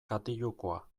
katilukoa